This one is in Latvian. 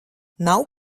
nav